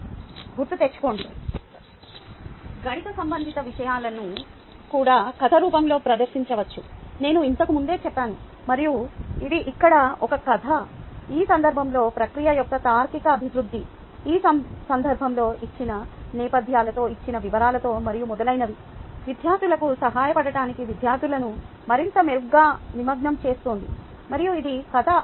గుర్తు తెచ్చుకోండి గణిత సంబంధిత విషయాలను కూడా కథ రూపంలో ప్రదర్శించవచ్చని నేను ఇంతకు ముందే చెప్పాను మరియు ఇది ఇక్కడ ఒక కథ ఈ సందర్భంలో ప్రక్రియ యొక్క తార్కిక అభివృద్ధి ఈ సందర్భంలో ఇచ్చిన నేపథ్యాలతో ఇచ్చిన వివరాలతో మరియు మొదలైనవి విద్యార్థులకు సహాయపడటానికి విద్యార్థులను మరింత మెరుగ్గా నిమగ్నం చేస్తుంది మరియు ఇది కథ అవునా